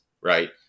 right